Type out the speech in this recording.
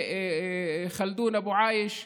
ח'לדון אבו עיאש.